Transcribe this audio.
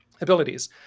abilities